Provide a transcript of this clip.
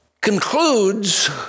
concludes